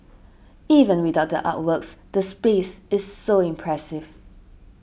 even without the artworks the space is so impressive